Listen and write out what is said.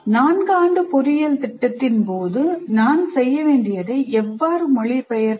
4 ஆண்டு பொறியியல் திட்டத்தின் போது நான் செய்ய வேண்டியதை எவ்வாறு மொழிபெயர்ப்பது